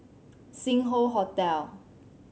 Sing Hoe Hotel